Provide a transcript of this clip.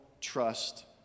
trust